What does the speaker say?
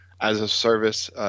as-a-service